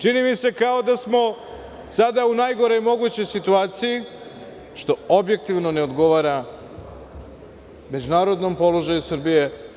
Čini mi se kao da smo sada u najgoroj mogućoj situaciji, što objektivno ne odgovara međunarodnom položaju Srbije.